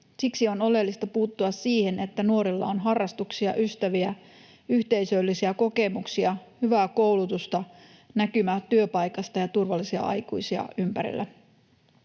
Siksi on oleellista puuttua siihen, että nuorilla on harrastuksia, ystäviä, yhteisöllisiä kokemuksia, hyvää koulutusta, näkymä työpaikasta ja turvallisia aikuisia ympärillä.